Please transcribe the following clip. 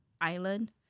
island